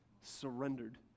surrendered